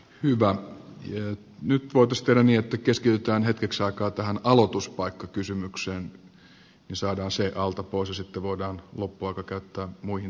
hyvä nyt voitaisiin tehdä niin että keskitytään hetkeksi aikaa tähän aloituspaikkakysymykseen niin että saadaan se alta pois ja sitten voidaan loppuaika käyttää muihin teemoihin